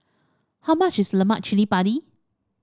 how much is Lemak Cili Padi